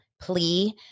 plea